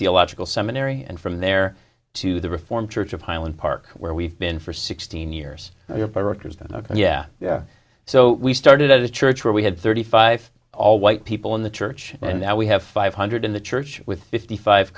theological seminary and from there to the reformed church of highland park where we been for sixteen years for workers and yeah so we started as a church where we had thirty five all white people in the church and now we have five hundred in the church with fifty five